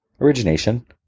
origination